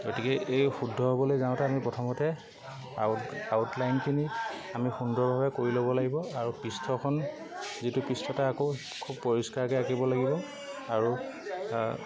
গতিকে এই শুদ্ধ হ'বলৈ যাওঁতে আমি প্ৰথমতে আউট আউট লাইনখিনি আমি সুন্দৰভাৱে কৰি ল'ব লাগিব আৰু পৃষ্ঠখন যিটো পৃষ্ঠত আকৌ খুব পৰিষ্কাৰকৈ আঁকিব লাগিব আৰু